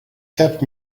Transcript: kept